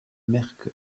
mercœur